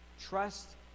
Trust